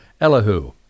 Elihu